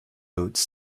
boots